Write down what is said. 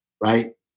Right